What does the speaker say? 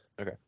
Okay